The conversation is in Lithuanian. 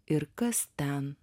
ir kas ten